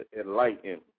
enlighten